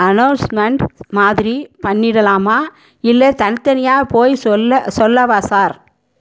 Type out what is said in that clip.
announcement மாதிரி பண்ணிடலாமா இல்லை தனித்தனியாக போய் சொல்ல சொல்லவா சார்